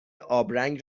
آبرنگ